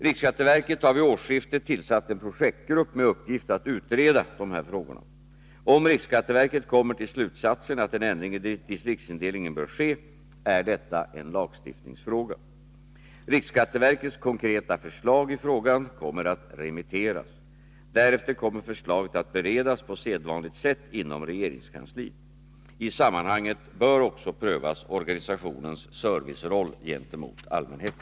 Riksskatteverket har vid årsskiftet tillsatt en projektgrupp med uppgift att utreda: dessa frågor. Om riksskatteverket kommer till slutsatsen att en ändring i distriktsindelningen bör ske, är detta en lagstiftningsfråga. Riksskatteverkets konkreta förslag i frågan kommer att remitteras. Därefter kommer förslaget att beredas på sedvanligt sätt inom regeringskansliet. I sammanhanget bör också prövas organisationens serviceroll gentemot allmänheten.